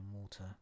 water